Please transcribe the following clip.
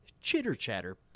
chitter-chatter